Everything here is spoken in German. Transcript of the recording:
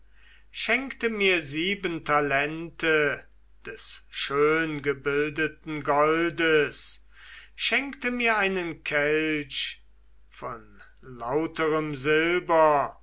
schenkte mir sieben talente des schöngebildeten goldes schenkte mir einen kelch von lauterem silber